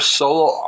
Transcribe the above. solo